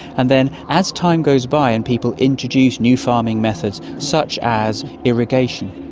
and then as time goes by and people introduce new farming methods such as irrigation,